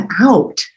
out